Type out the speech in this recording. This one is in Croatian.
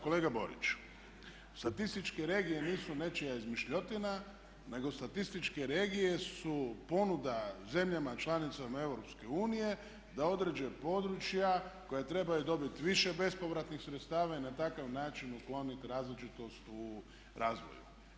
Kolega Borić statističke regije nisu nečija izmišljotina nego statističke regije su ponuda zemljama članicama EU da odrede područja koja trebaju dobiti više bespovratnih sredstava i na takav način ukloniti različitost u razvoju.